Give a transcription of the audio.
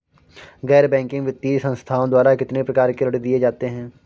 गैर बैंकिंग वित्तीय संस्थाओं द्वारा कितनी प्रकार के ऋण दिए जाते हैं?